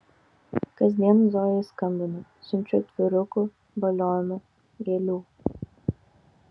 kasdien zojai skambinu siunčiu atvirukų balionų gėlių